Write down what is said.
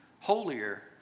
holier